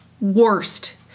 worst